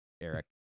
Eric